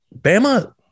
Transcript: Bama